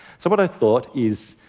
so what i thought is,